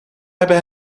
hebben